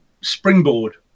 springboard